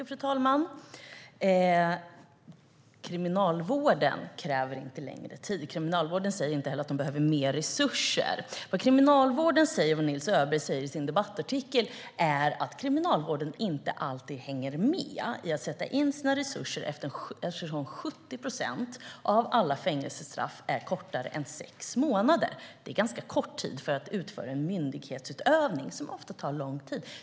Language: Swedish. Fru talman! Kriminalvården kräver inte längre strafftider. Man säger inte heller att det behövs mer resurser. Vad Nils Öberg säger i sin debattartikel är att Kriminalvården inte alltid hinner sätta in resurser, eftersom 70 procent av alla fängelsestraff är kortare än sex månader. Det är ganska kort tid för att man ska hinna ägna sig åt myndighetsutövning som ofta tar lång tid.